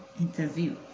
interview